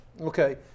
okay